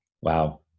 wow